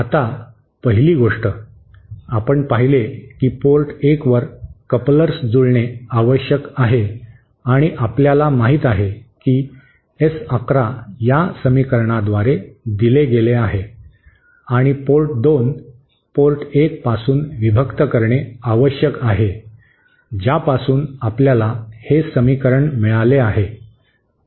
आता पहिली गोष्ट आपण पाहिले की पोर्ट 1 वर कपलर्स जुळणे आवश्यक आहे आणि आपल्याला माहित आहे की एस 11 या समीकरणाद्वारे दिले गेले आहे आणि पोर्ट 2 पोर्ट 1 पासून विभक्त करणे आवश्यक आहे ज्यापासून आपल्याला हे समीकरण मिळाले आहे